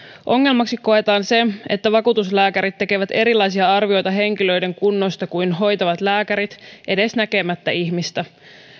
ongelmaksi koetaan se että vakuutuslääkärit tekevät erilaisia arvioita henkilöiden kunnosta kuin hoitavat lääkärit edes näkemättä ihmistä